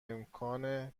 امکان